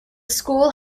school